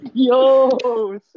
Yo